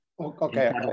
Okay